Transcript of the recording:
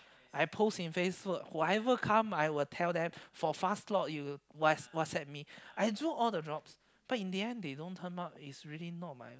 I post in Facebook whatever come I will tell them for fast slots you what WhatsApp me I do all the job but in the end if they don't turn up is really not my